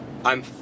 I'm-